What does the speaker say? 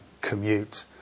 commute